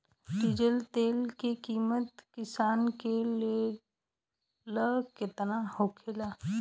Diesel तेल के किमत किसान के लेल केतना होखे?